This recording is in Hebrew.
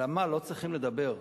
על ה"מה" לא צריכים לדבר,